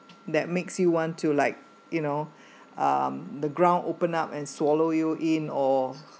that makes you want to like you know um the ground open up and swallow you in or